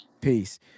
Peace